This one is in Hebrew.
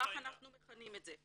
כך אנחנו מכנים את זה.